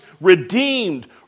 redeemed